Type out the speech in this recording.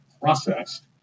processed